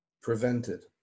Prevented